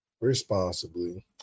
Responsibly